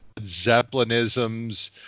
Zeppelinisms